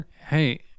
Hey